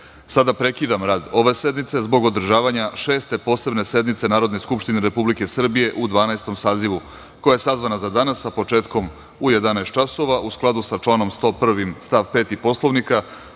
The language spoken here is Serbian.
sada prekidam rad ove sednice zbog održavanja Šeste posebne sednice Narodne skupštine Republike Srbije u Dvanaestom sazivu, koja je sazvana za danas, sa početkom u 11.00 časova.U skladu sa članom 101. stav 5. Poslovnika,